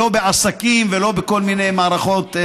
ולא בעסקים ולא בכל מיני מערכות.